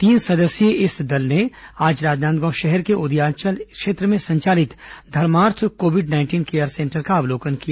तीन सदस्यीय इस दल ने आज राजनांदगांव शहर के उदयांचल क्षेत्र में संचालित धर्मार्थ कोविड नाइंटीन केयर सेंटर का अवलोकन किया